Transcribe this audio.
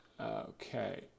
okay